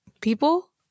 People